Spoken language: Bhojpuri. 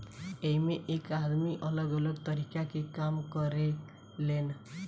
एइमें एक आदमी अलग अलग तरीका के काम करें लेन